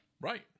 Right